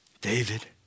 David